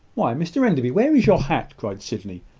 why, mr enderby, where is your hat? cried sydney,